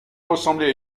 ressemblait